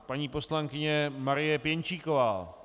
Paní poslankyně Marie Pěnčíková.